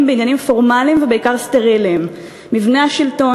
בעניינים פורמליים ובעיקר סטריליים: מבנה השלטון,